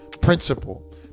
principle